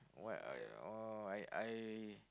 what I oh I I